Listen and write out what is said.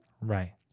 Right